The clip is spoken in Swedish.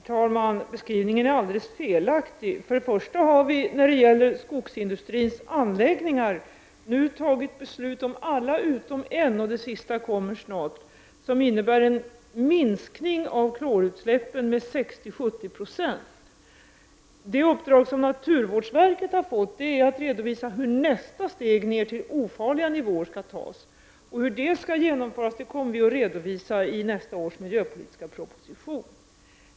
Herr talman! Beskrivningen är alldeles felaktig. Vi har nu fattat beslut om alla skogindustrins anläggningar utom en, och den sista kommer snart. Besluten innebar en minskning av klorutsläppen med 60-70 96. Det uppdrag som naturvårdsverket har fått är att redovisa hur nästa steg ned till ofarlig nivå skall tas. Hur det skall genomföras kommer vi att redovisa i nästa års miljöpolitiska proposition.